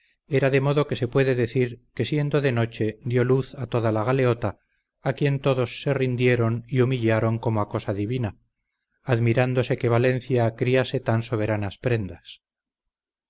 era de modo que se puede decir que siendo de noche dió luz a toda la galeota a quien todos se rindieron y humillaron como a cosa divina admirándose que valencia criase tan soberanas prendas